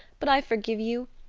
but i forgive you.